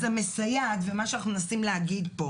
אז ה"מסייעת" ומה שאנחנו מנסים להגיד פה